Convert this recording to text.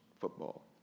football